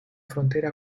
frontera